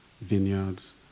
vineyards